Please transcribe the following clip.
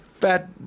fat